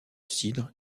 cidre